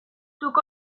zuk